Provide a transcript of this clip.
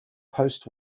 post